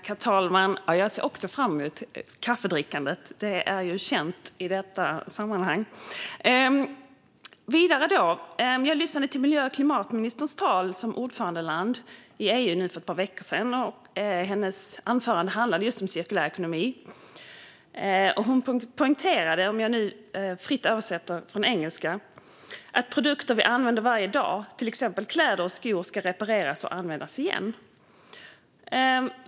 Herr talman! Jag ser också fram emot kaffedrickandet. Det är ju känt i detta sammanhang. Jag lyssnade på miljö och klimatministerns tal till EU för ett par veckor sedan. Hennes anförande handlade om just cirkulär ekonomi. Hon poängterade att produkter som vi använder varje dag, till exempel kläder och skor, ska repareras och användas igen.